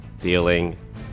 dealing